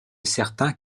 certains